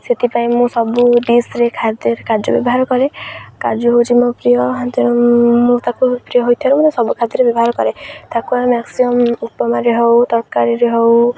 ସେଥିପାଇଁ ମୁଁ ସବୁ ଡିସ୍ରେ ଖାଦ୍ୟ କାଜୁ ବ୍ୟବହାର କରେ କାଜୁ ହେଉଛି ମୋ ପ୍ରିୟ ତେଣୁ ମୁଁ ତାକୁ ପ୍ରିୟ ହୋଇଥିବାରୁ ମୁଁ ସବୁ ଖାଦ୍ୟରେ ବ୍ୟବହାର କରେ ତାକୁ ଆମେ ମ୍ୟାକ୍ସିମମ୍ ଉପମାରେ ହଉ ତରକାରୀରେ ହଉ